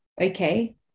okay